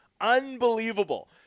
unbelievable